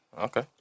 Okay